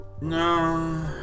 No